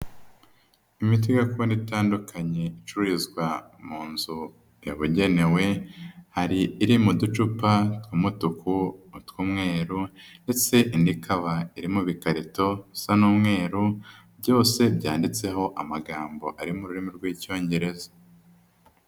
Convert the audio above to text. Imiti gakondo itandukanye, icururizwa mu nzu yababugenewe, hari iri mu ducupa tw'umutuku, utw'umweru ndetse ikaba iri mu bikarito bisa n'umweru, byose byanditseho amagambo ari mu rurimi rw'Icyongereza.